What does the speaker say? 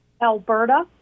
Alberta